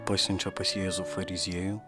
pasiunčia pas jėzų fariziejų